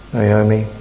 Naomi